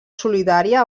solidària